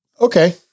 Okay